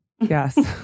yes